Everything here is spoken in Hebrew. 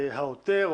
העותר,